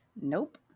Nope